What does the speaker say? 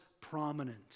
prominent